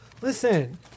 Listen